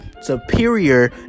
superior